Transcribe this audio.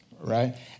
right